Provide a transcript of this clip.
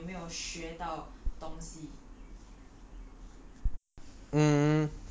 你有没有做一些 like 特别的东西还是你有没有学到东西